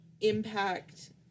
impact